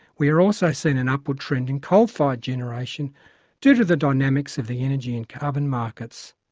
we are also seeing an upward trend in coal-fired generation due to the dynamics of the energy and carbon markets.